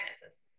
finances